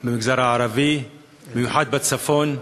במגזר הערבי, במיוחד בצפון.